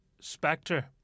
Spectre